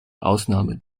ausnahme